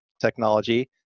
technology